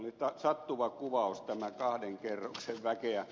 oli sattuva kuvaus tämä kahden kerroksen väkeä